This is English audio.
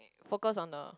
focus on the